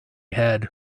head